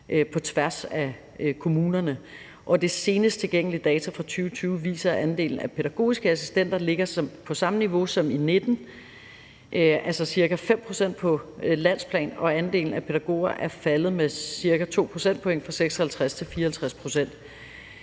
på tværs af kommunerne, og de senest tilgængelige data fra 2020 viser, at andelen af pædagogiske assistenter ligger på samme niveau som i 2019 – altså ca. 5 pct. på landsplan – og at andelen af pædagoger er faldet med cirka 2 procentpoint fra 56 pct. til 54 pct.